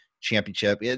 championship